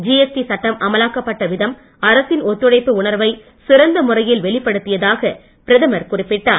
GST சட்டம் அமலாக்கப்பட்ட விதம் அரசின் ஒத்துழைப்பு உணர்வை சிறந்த முறையில் வெளிப்படுத்தியதாக பிரதமர் குறிப்பிட்டார்